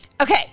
okay